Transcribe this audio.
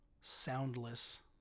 soundless